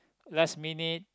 last minute